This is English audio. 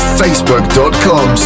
facebook.com